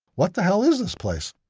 what the hell is this place?